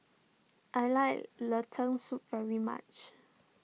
I like Lentil Soup very much